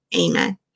Amen